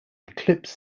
eclipse